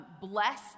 bless